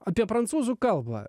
apie prancūzų kalbą